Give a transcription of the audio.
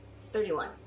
Thirty-one